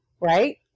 right